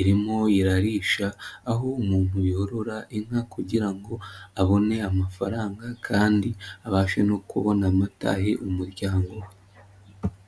irimo irarisha, aho umuntu yorora inka kugira ngo abone amafaranga kandi abashe no kubona amata ahe umuryango we.